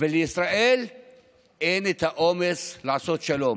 ולישראל אין האומץ לעשות שלום.